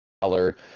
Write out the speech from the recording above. color